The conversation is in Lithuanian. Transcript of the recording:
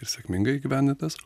sėkmingai įgyvendintas